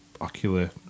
ocular